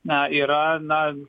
na yra na